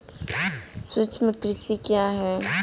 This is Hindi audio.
सूक्ष्म कृषि क्या है?